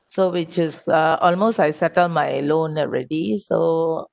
so which is uh almost settle my loan already so